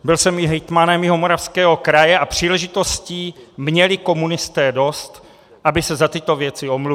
Byl jsem i hejtmanem Jihomoravského kraje a příležitostí měli komunisté dost, aby se za tyto věci omluvili.